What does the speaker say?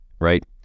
right